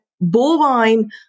bovine